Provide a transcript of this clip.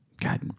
God